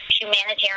humanitarian